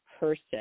Person